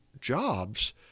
jobs